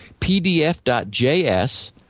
PDF.js